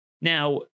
Now